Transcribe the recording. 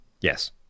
Yes